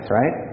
right